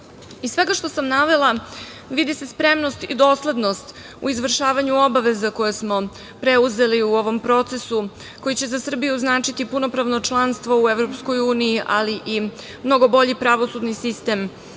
svega što sam navela, vidi se spremnost i doslednost u izvršavanju obaveza koje smo preuzeli u ovom procesu koji će za Srbiju značiti punopravno članstvo u EU, ali i mnogo bolji pravosudni sistem